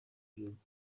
gihugu